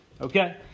okay